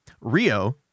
Rio